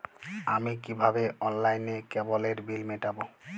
আমি কিভাবে অনলাইনে কেবলের বিল মেটাবো?